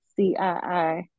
CII